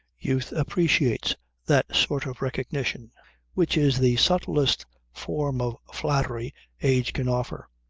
youth appreciates that sort of recognition which is the subtlest form of flattery age can offer.